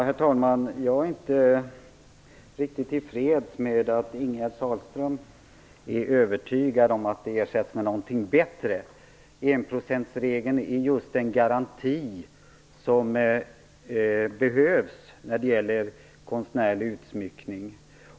Herr talman! Jag är inte riktigt till freds när Ingegerd Sahlström säger att hon är övertygad om att man ersätter enprocentsregeln med någonting bättre. Enprocentsregeln är just den garanti som behövs när det gäller konstnärlig utsmyckning.